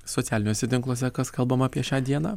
socialiniuose tinkluose kas kalbama apie šią dieną